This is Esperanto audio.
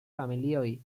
familioj